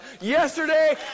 yesterday